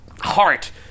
heart